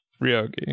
Ryogi